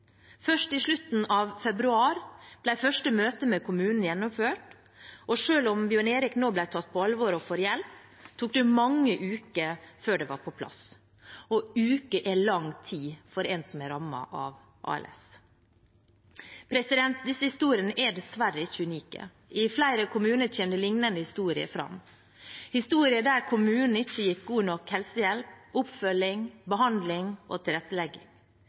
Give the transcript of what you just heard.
Først i slutten av februar ble det første møtet med kommunen gjennomført, og selv om Bjørn Erik da ble tatt på alvor og fikk hjelp, tok det mange uker før det var på plass – og uker er lang tid for en som er rammet av ALS. Disse historiene er dessverre ikke unike. I flere kommuner kommer det fram liknende historier – historier om at kommunen ikke har gitt god nok helsehjelp, oppfølging, behandling og tilrettelegging,